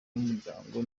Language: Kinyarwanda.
n’umuryango